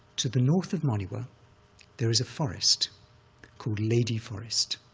to the north of monywa there is a forest called ledi forest.